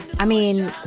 i mean,